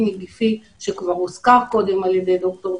למרות שניתן להתווכח על הדבר הזה,